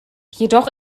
jedoch